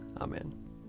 Amen